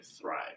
thrive